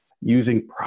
Using